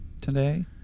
today